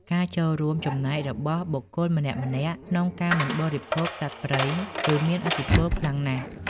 ការចូលរួមចំណែករបស់បុគ្គលម្នាក់ៗក្នុងការមិនបរិភោគសត្វព្រៃគឺមានឥទ្ធិពលខ្លាំងណាស់។